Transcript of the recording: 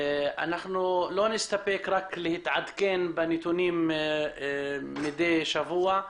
לא נסתפק רק בעדכונים של הנתונים מידי שבוע.